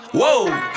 whoa